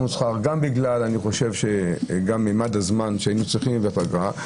שכר גם בגלל אני חושב מימד הזמן שהיינו צריכים בפגרה,